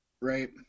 Right